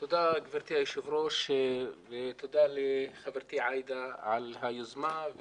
תודה גבירתי היושבת-ראש ותודה לחברתי עאידה על היוזמה.